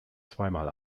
zweimal